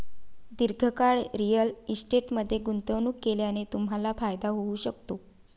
दीर्घकाळ रिअल इस्टेटमध्ये गुंतवणूक केल्याने तुम्हाला फायदा होऊ शकतो